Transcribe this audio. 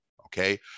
Okay